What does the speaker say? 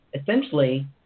essentially